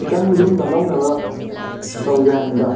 ꯈꯤꯇꯪ ꯂꯨꯝꯅ ꯂꯧꯅꯕ ꯇꯧꯁꯦ ꯍꯥꯏꯃꯤꯗ